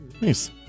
Nice